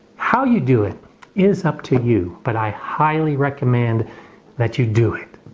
how you do it is up to you, but i highly recommend that you do it.